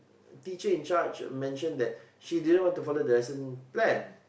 teacher-in-charge mention that she didn't want to follow the lesson plan